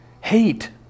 hate